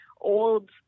old